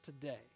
today